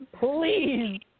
please